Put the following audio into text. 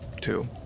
two